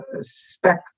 spec